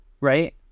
Right